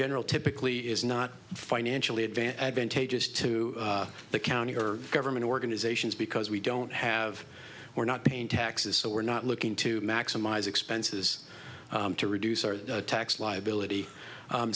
general typically is not financially advance advantageous to the county or government organizations because we don't have we're not pain taxes so we're not looking to maximize expenses to reduce our tax liability